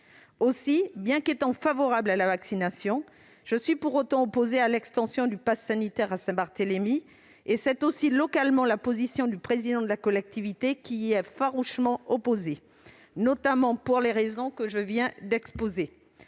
Aussi, bien qu'étant favorable à la vaccination, je suis opposée à l'extension du passe sanitaire à Saint-Barthélemy. C'est aussi la position du président de la collectivité, qui y est farouchement opposé, notamment pour les raisons que je viens d'exposer.